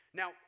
now